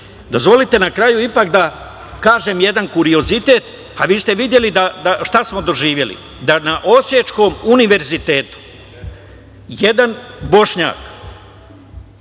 suština. Dozvolite na kraju, ipak, da kažem jedan kuriozitet, a vi ste videli šta smo doživeli, da na Osiječkom univerzitetu jedan Bošnjak